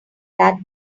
that